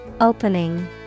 Opening